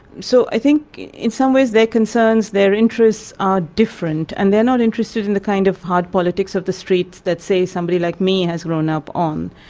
so i think in some ways their concerns, their interests are different, and they're not interested in the kind of hard politics of the streets that say somebody like me has grown up on.